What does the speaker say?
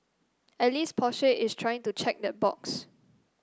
at least Porsche is trying to check that box